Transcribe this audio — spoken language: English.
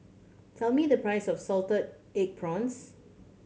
tell me the price of salted egg prawns